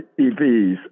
EVs